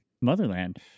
motherland